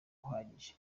uhagije